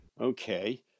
Okay